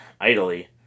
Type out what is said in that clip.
idly